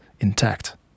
intact